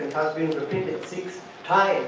been repeated six times